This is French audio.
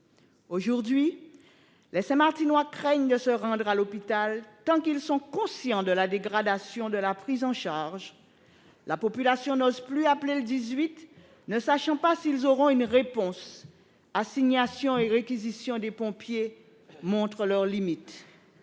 endetté. Les Saint-Martinois craignent de se rendre à l'hôpital, tant ils sont conscients de la dégradation de la prise en charge. Dans la population, on n'ose plus appeler le 18, car on ne sait pas si l'on aura une réponse. Assignations et réquisitions des pompiers montrent leur limite.